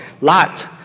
lot